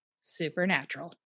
Supernatural